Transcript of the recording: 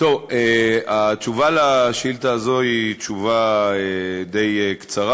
התשובה על השאילתה הזאת היא תשובה די קצרה,